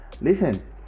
listen